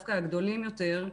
דווקא הגדולים יותר,